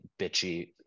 bitchy